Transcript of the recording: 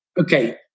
Okay